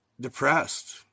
depressed